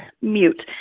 mute